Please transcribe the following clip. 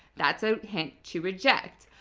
that's a hint to reject.